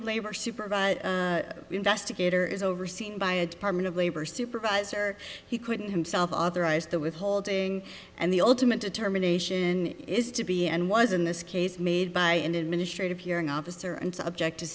of labor supervise the investigator is overseen by a department of labor supervisor he couldn't himself authorized the withholding and the ultimate determination is to be and was in this case made by an administrative hearing officer and subject to